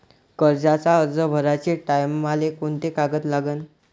कर्जाचा अर्ज भराचे टायमाले कोंते कागद लागन?